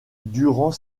durant